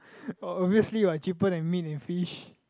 ob~ obviously what cheaper than meat and fish